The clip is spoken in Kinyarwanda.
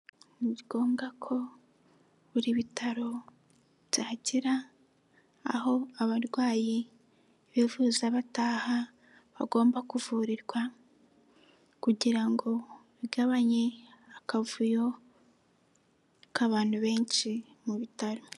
Ni ngombwa ko buri bitaro byagira aho abarwayi bivuza bataha bagomba kuvurirwa kugira ngo bigabanye akavuyo k'abantu benshi mu bitaro.